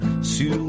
sur